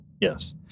Yes